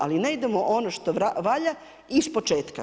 Ali ne idemo ono što valja ispočetka.